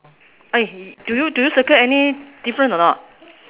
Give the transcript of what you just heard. !oi! do you do you circle any difference or not